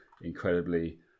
incredibly